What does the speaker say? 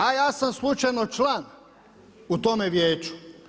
A ja sam slučajno član u tome vijeću.